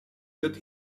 wird